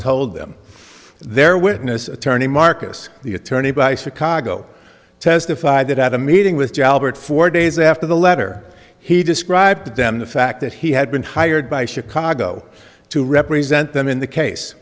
told them their witness attorney marcus the attorney by sick aagot testified that at a meeting with jalabert four days after the letter he described them the fact that he had been hired by chicago to represent them in the case